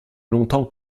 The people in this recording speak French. longtemps